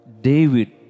David